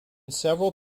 several